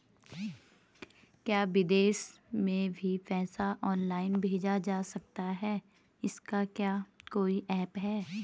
क्या विदेश में भी पैसा ऑनलाइन भेजा जा सकता है इसका क्या कोई ऐप है?